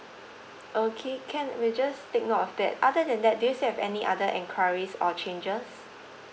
okay can we just take note of that other than that do you still have any other enquiries or changes